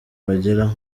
bagera